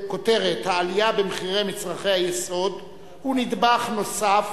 בכותרת: העלייה במחירי מצרכי היסוד היא נדבך נוסף